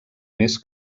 més